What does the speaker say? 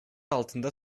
altında